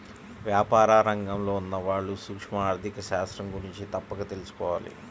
వ్యాపార రంగంలో ఉన్నవాళ్ళు సూక్ష్మ ఆర్ధిక శాస్త్రం గురించి తప్పక తెలుసుకోవాలి